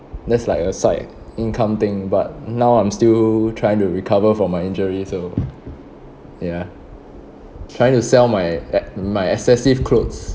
that's like a side income thing but now I'm still trying to recover from my injury so ya trying to sell my ex~ my excessive clothes